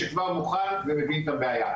שכבר מוכן ומבין את הבעיה.